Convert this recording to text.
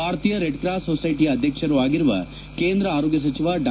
ಭಾರತೀಯ ರೆಡ್ಕ್ರಾಸ್ ಸೊಸೈಟಿಯ ಅಧ್ಯಕ್ಷರೂ ಆಗಿರುವ ಕೇಂದ್ರ ಆರೋಗ್ಯ ಸಚಿವ ಡಾ